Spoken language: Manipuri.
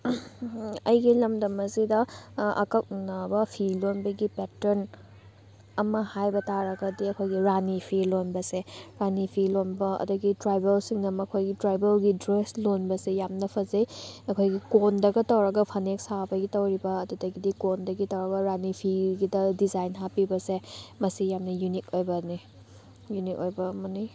ꯑꯩꯒꯤ ꯂꯝꯗꯝ ꯑꯁꯤꯗ ꯑꯀꯛꯅꯕ ꯐꯤ ꯂꯣꯟꯕꯒꯤ ꯄꯦꯇ꯭ꯔꯟ ꯑꯃ ꯍꯥꯏꯕ ꯇꯥꯔꯒꯗꯤ ꯑꯩꯈꯣꯏꯒꯤ ꯔꯥꯅꯤ ꯐꯤ ꯂꯣꯟꯕꯁꯦ ꯔꯥꯅꯤ ꯐꯤ ꯂꯣꯟꯕ ꯑꯗꯒꯤ ꯇ꯭ꯔꯥꯏꯕꯦꯜꯁꯤꯡꯅ ꯃꯈꯣꯏꯒꯤ ꯇ꯭ꯔꯥꯏꯕꯦꯜꯒꯤ ꯗ꯭ꯔꯦꯁ ꯂꯣꯟꯕꯁꯦ ꯌꯥꯝꯅ ꯐꯖꯩ ꯑꯩꯈꯣꯏꯒꯤ ꯀꯣꯟꯗꯒ ꯇꯧꯔꯒ ꯐꯅꯦꯛ ꯁꯥꯕꯒꯤ ꯇꯧꯔꯤꯕ ꯑꯗꯨꯗꯒꯤꯗꯤ ꯀꯣꯟꯗꯩꯒꯤ ꯇꯧꯔꯒ ꯔꯥꯅꯤ ꯐꯤꯒꯤꯗ ꯗꯤꯖꯥꯏꯟ ꯍꯥꯞꯄꯤꯕꯁꯦ ꯃꯁꯤ ꯌꯥꯝꯅ ꯌꯨꯅꯤꯛ ꯑꯣꯏꯕꯅꯤ ꯌꯨꯅꯤꯛ ꯑꯣꯏꯕ ꯑꯃꯅꯤ